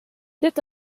let